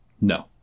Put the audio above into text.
No